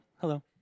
Hello